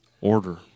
order